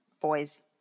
boys